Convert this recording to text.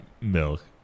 milk